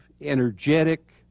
energetic